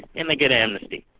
then they get amnesty.